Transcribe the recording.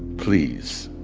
please.